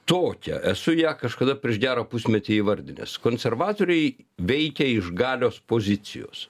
tokią esu ją kažkada prieš gerą pusmetį įvardinęs konservatoriai veikia iš galios pozicijos